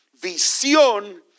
Visión